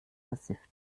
versifft